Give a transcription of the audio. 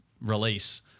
release